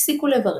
הפסיקו לברך.